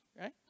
Right